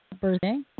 birthday